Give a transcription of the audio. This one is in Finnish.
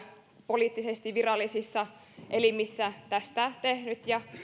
poliittisesti virallisissa elimissä tästä tehnyt ja